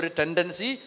tendency